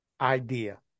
idea